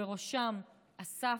ובראשם אסף,